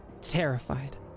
Terrified